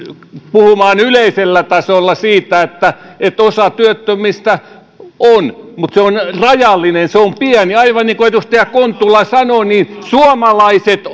puhumaan yleisellä tasolla siitä että että osa työttömistä on mutta se on rajallinen se on pieni osa aivan niin kuin edustaja kontula sanoi niin suomalaiset